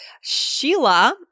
sheila